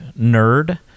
nerd